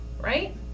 right